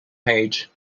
page